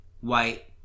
white